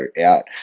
out